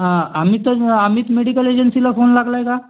हां अमितच अमित मेडिकल एजन्सीला फोन लागला आहे का